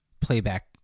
playback